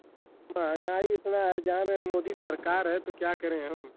महँगाई इतना है जान रहे हैं मोदी सरकार है तो क्या करें हम